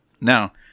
Now